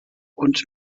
und